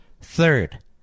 Third